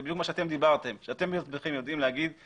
זה בדיוק מה שאתם אמרתם, שאתם יודעים אם